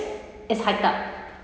is hike up